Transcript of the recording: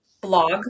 blog